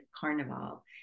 Carnival